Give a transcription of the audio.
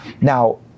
Now